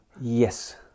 Yes